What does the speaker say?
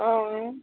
ᱚᱻ